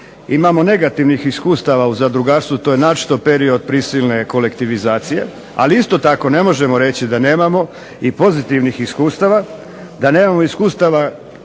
imamo negativnih iskustava u zadrugarstvu, to je naročito period prisilne kolektivizacije, ali isto tako ne možemo reći da nemamo, i pozitivnih iskustava, da nemamo iskustava